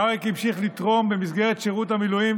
אריק המשיך לתרום במסגרת שירות המילואים,